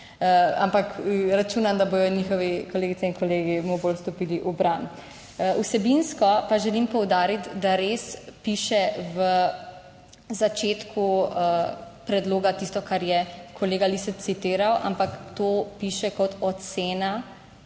Ampak računam, da bodo njihovi kolegice in kolegi mu bolj stopili v bran. Vsebinsko pa želim poudariti, da res piše v začetku predloga tisto, kar je kolega Lisec citiral, ampak to piše kot ocena